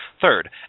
third